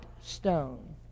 stone